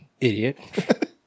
Idiot